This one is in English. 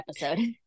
episode